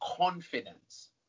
confidence